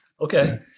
Okay